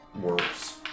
works